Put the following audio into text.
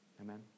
Amen